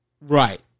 right